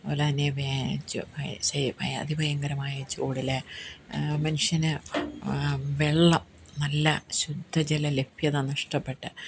അതുപോലതന്നെ വേ ചു വെ ശി ഭ അതിഭയങ്കരമായ ചൂടില് മനുഷ്യന് വെള്ളം നല്ല ശുദ്ധ ജല ലഭ്യത നഷ്ടപ്പെട്ട്